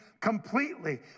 completely